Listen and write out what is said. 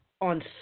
on